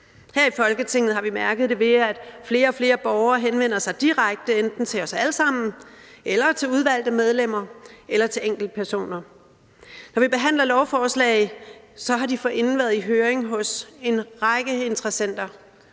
Her i Folketinget har vi mærket det, ved at flere og flere borgere henvender sig direkte, enten til os alle sammen eller til udvalgte medlemmer eller til enkeltpersoner. Når vi behandler lovforslag, har de forinden været i høring hos en række interessenter